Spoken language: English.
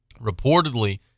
reportedly